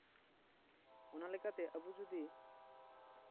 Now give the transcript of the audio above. ᱚᱱᱟ ᱞᱮᱠᱟᱛᱮ ᱟᱵᱚ ᱡᱩᱫᱤ